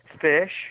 fish